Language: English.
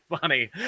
funny